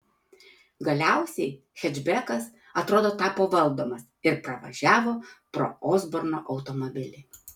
galiausiai hečbekas atrodo tapo valdomas ir pravažiavo pro osborno automobilį